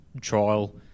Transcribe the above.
trial